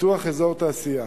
פיתוח אזור תעשייה.